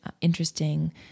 interesting